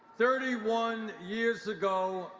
thirty one years ago,